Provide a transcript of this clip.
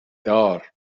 دار